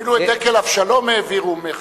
אפילו את דקל אבשלום העבירו מח'אן-יונס.